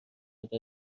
رده